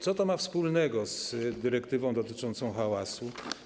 Co to ma wspólnego z dyrektywą dotyczącą hałasu?